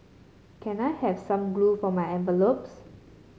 can I have some glue for my envelopes